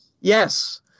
Yes